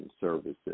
services